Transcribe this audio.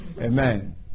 Amen